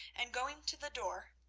and going to the door,